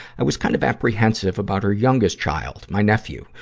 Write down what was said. i was kind of apprehensive about her youngest child, my nephew,